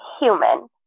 human